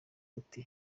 ati